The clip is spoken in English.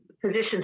positions